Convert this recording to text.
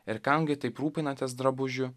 ir kam gi taip rūpinatės drabužiu